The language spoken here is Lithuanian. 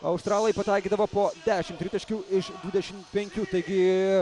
australai pataikydavo po dešimt tritaškių iš dvidešim penkių taigi